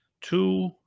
Two